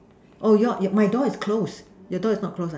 oh your my door is closed your door is not closed ah